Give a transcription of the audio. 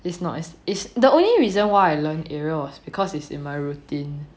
it's not it's the only reason why I learnt ariel was because it is in my routine